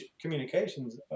communications